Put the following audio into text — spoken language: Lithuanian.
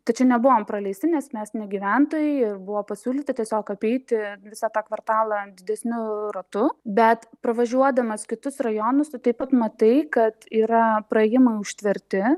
tačiau nebuvom praleisti nes mes ne gyventojai ir buvo pasiūlyta tiesiog apeiti visą tą kvartalą didesniu ratu bet pravažiuodamas kitus rajonus tu taip pat matai kad yra praėjimai užtverti